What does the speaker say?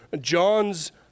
John's